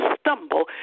stumble